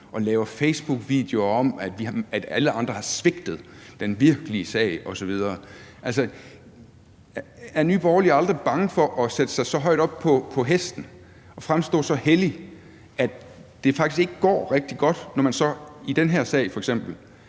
og laver facebookvideoer om, at alle andre har svigtet den virkelige sag osv. Er Nye Borgerlige aldrig bange for at sætte sig så højt op på hesten og fremstå så hellige, at det faktisk ikke går rigtig godt, når man så i den her sag f.eks.